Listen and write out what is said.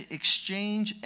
exchange